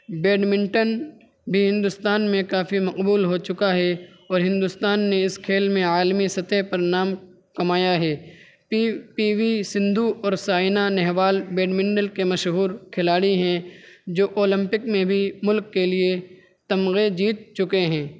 badminton بھی ہندوستان میں کافی مقبول ہو چکا ہے اور ہندوستان نے اس کھیل میں عالمی سطح پر نام کمایا ہے پی پی وی سندھو اور سائنا نہوال بیڈمنڈن کے مشہور کھلاڑی ہیں جو اولمپک میں بھی ملک کے لیے تمغے جیت چکے ہیں